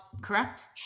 correct